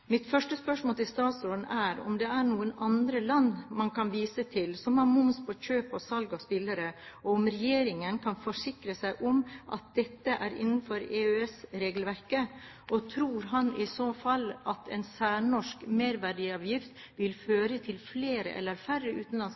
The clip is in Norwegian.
Mitt første spørsmål til statsråden er om det er noen andre land man kan vise til, som har moms på kjøp og salg av spillere, og om regjeringen kan forsikre om at dette er innenfor EØS-regelverket. Tror han, i så fall, at en særnorsk merverdiavgift vil føre til flere eller færre utenlandske